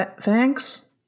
thanks